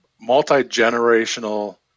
multi-generational